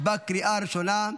לקריאה הראשונה.